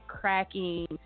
cracking